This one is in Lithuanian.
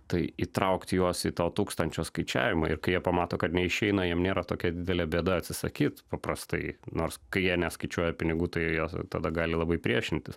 tai įtraukti juos į to tūkstančio skaičiavimą ir kai jie pamato kad neišeina jam nėra tokia didelė bėda atsisakyt paprastai nors kai jie neskaičiuoja pinigų tai jos tada gali labai priešintis